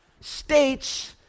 states